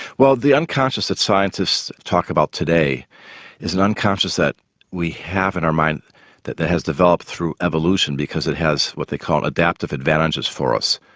well the unconscious that scientists talk about today is an unconscious that we have in our mind that has developed through evolution because it has what they call adaptive advantages for us.